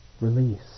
release